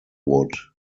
would